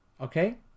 okay